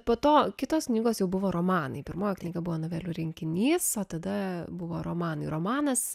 po to kitos knygos jau buvo romanai pirmoji knyga buvo novelių rinkinys o tada buvo romanai romanas